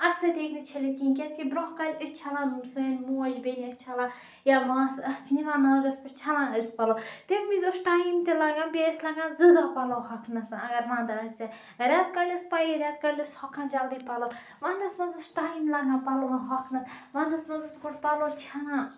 اَتھٕ سۭتۍ ہیٚکہِ نہٕ چھٔلِتھ کِہیٖنۍ کیازکہِ برونٛہہ کالہِ ٲسۍ چھَلان ہُم سٲنۍ موج بیٚنہِ ٲسۍ چھَلان یا ماسہٕ آسہِ نِوان ناگَس پٮ۪ٹھ چھَلان ٲسۍ پَلَو تمہ وِز اوس ٹایِم تہِ لَگان بیٚیہِ ٲسۍ لگان زٕ دۄہ پلو ہۄکھنَس اَگَر وَند آسہِ ہا ریٚتکالہِ ٲسۍ پَیی رہٚتکالہِ ٲسۍ ہۄکھان جَلدی پَلَو وَندَس مَنٛز اوس ٹایِم لَگان پَلوَن ہۄکھنَس وَندَس مَنٛز ٲسۍ گۄڈٕ پَلَو چھَلان